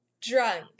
drunk